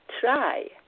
try